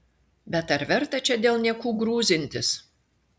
bet ar verta čia dėl niekų grūzintis